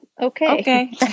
okay